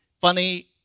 Funny